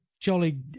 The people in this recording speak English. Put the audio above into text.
jolly